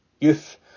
Youth